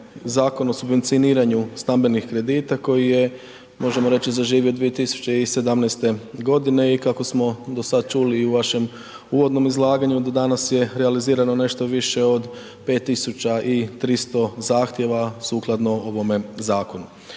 Zakon o subvencioniranju stambenih kredita koji je možemo reći zaživio 2017. godine i kako smo do sad čuli i u vašem uvodnom izlaganju do danas je realizirano nešto više od 5.300 zahtjeva sukladno ovome zakonu.